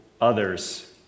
others